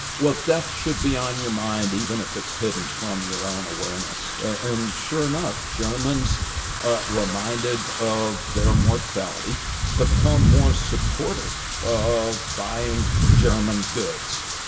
well, death should be on your mind, even if it's hidden from your own awareness. and sure enough, germans ah reminded of their mortality become more supportive of buying german goods.